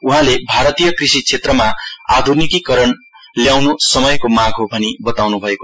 उहाँले भारतीय कृषि क्षेत्रमा आधुनीकीकरण ल्याउनु समयको माग हो भनि बताउनु भयो